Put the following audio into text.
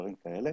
דברים כאלה,